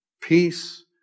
peace